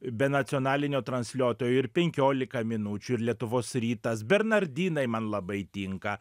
be nacionalinio transliuotojo ir penkiolika minučių ir lietuvos rytas bernardinai man labai tinka